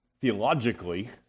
theologically